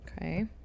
Okay